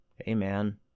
Amen